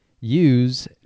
use